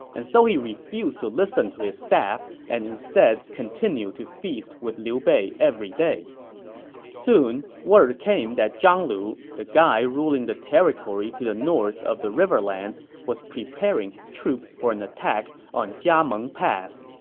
and so he refused to listen to his staff and instead continued to feast with liu bei every day soon, word came that zhang lu, the guy ruling the territory to the north of the riverlands, was preparing his troops for an attack on jiameng pass.